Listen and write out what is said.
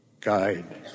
guide